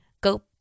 go